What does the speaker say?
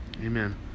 Amen